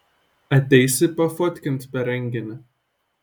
ateisi pafotkint per renginį